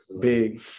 big